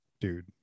dude